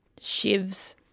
Shivs